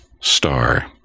star